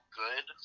good